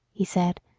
he said.